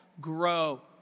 Grow